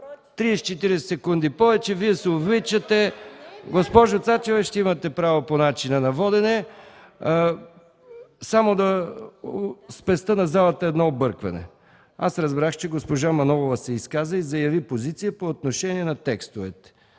представител Цецка Цачева.) Госпожо Цачева, ще имате право по начина на водене. Само да спестя на залата едно объркване. Разбрах, че госпожа Манолова се изказа и заяви позиция по отношение на текстовете.